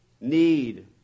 need